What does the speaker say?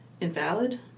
Invalid